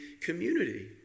community